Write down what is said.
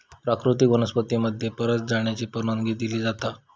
प्राकृतिक वनस्पती मध्ये परत जाण्याची परवानगी दिली जाता